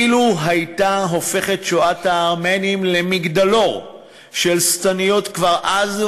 אילו הייתה הופכת שואת הארמנים למגדלור של שטניות כבר אז,